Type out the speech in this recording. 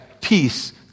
peace